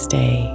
Stay